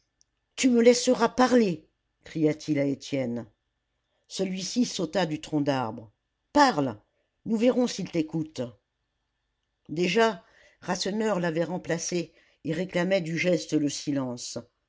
tu me laisseras parler cria-t-il à étienne celui-ci sauta du tronc d'arbre parle nous verrons s'ils t'écoutent déjà rasseneur l'avait remplacé et réclamait du geste le silence